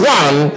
one